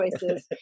choices